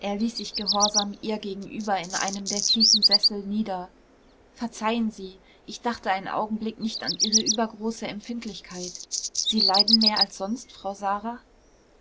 er ließ sich gehorsam ihr gegenüber in einem der tiefen sessel nieder verzeihen sie ich dachte einen augenblick nicht an ihre übergroße empfindlichkeit sie leiden mehr als sonst frau sara